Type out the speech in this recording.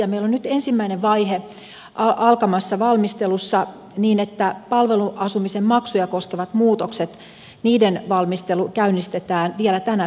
meillä on nyt ensimmäinen vaihe alkamassa valmistelussa niin että palveluasumisen maksuja koskevien muutosten valmistelu käynnistetään vielä tänä syksynä